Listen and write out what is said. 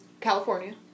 California